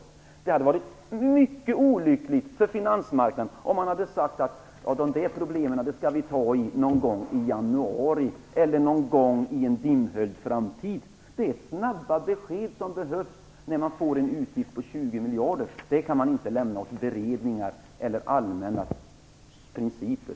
Det hade varit mycket olyckligt för finansmarknaden om man hade sagt att vi skall ta itu med det problemet någon gång i januari eller någon gång i en dimhöljd framtid. Det är snabba besked som behövs, när man får en utgift på 20 miljarder. Det kan man inte lämna åt beredningar eller allmänna principer.